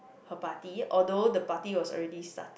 her party although the party was already started